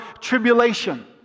tribulation